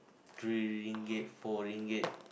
three ringgit four ringgit